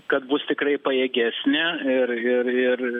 kad bus tikrai pajėgesnė ir ir ir